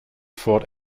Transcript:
fort